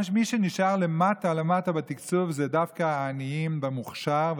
מי שנשאר למטה למטה בתקצוב זה דווקא העניים במוכש"ר,